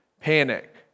panic